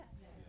Yes